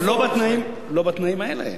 אבל לא בתנאים, לא בתנאים האלה.